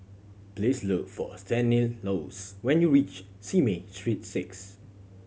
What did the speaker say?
please look for Stanislaus when you reach Simei Street Six